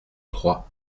trois